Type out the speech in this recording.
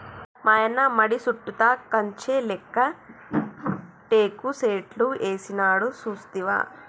మాయన్న మడి సుట్టుతా కంచె లేక్క టేకు సెట్లు ఏసినాడు సూస్తివా